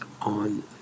on